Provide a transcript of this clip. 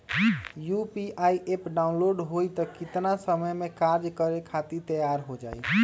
UPI app download होई त कितना समय मे कार्य करे खातीर तैयार हो जाई?